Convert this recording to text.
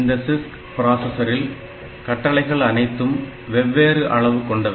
இந்த CISC பிராசஸரில் கட்டளைகள் அனைத்தும் வெவ்வேறு அளவு கொண்டவை